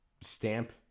stamp